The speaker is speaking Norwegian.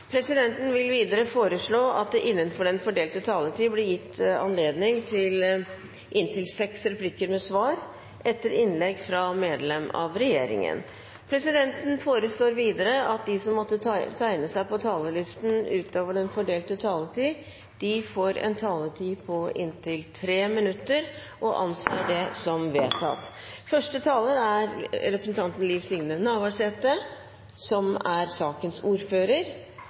presidenten foreslå at det – innenfor den fordelte taletid – blir gitt anledning til inntil fem replikker med svar etter innlegg fra medlemmer av regjeringen, og at de som måtte tegne seg på talerlisten utover den fordelte taletid, får en taletid på inntil 3 minutter. – Det anses vedtatt. Første taler er sakens ordfører,